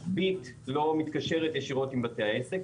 אז "ביט" לא מתקשרת ישירות עם בתי העסק,